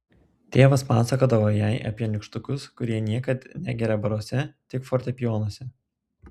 tėvas pasakodavo jai apie nykštukus kurie niekad negerią baruose tik fortepijonuose